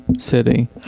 City